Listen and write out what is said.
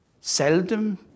seldom